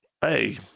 hey